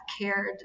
cared